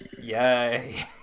Yay